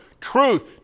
truth